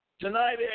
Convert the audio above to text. Tonight